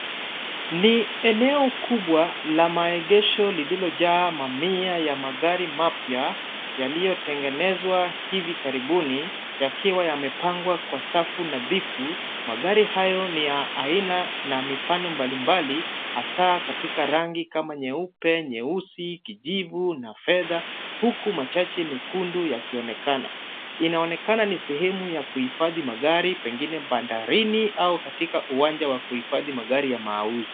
Ni eneo kubwa la maegesho lililojaa mamia ya magari mapya, yaliyotengenezwa hivi karibuni yakiwa yamepangwa kwa safu nadhifu, magari hayo ni ya aina na mifano mbalimbali hasa katika rangi kama nyeupe, nyeusi, kijivu na fedha huku machache mekundu yakionekana. Inaonekana ni sehemu ya kuhifadhi magari pengine bandarini au katika uwanja wa kuhifadhi magari ya mauzo.